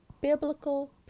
biblical